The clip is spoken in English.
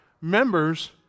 members